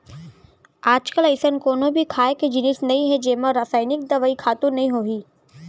आजकाल अइसन कोनो भी खाए के जिनिस नइ हे जेमा रसइनिक दवई, खातू नइ होही